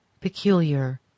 peculiar